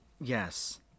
Yes